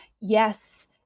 yes